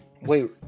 Wait